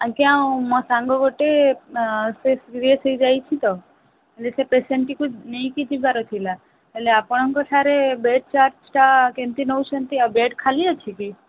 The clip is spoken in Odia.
ଆଜ୍ଞା ଆଉ ମୋ ସାଙ୍ଗ ଗୋଟେ ସେ ସିରିଏସ୍ ହୋଇଯାଇଛି ତ ଯେ ସେ ପେସେଣ୍ଟ୍ଟିକୁ ନେଇକି ଯିବାର ଥିଲା ହେଲେ ଆପଣଙ୍କଠାରେ ବେଡ଼୍ ଚାର୍ଜ୍ଟା କେମତି ନେଉଛନ୍ତି ଆଉ ବେଡ଼୍ ଖାଲି ଅଛି କି